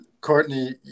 Courtney